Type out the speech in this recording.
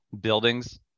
buildings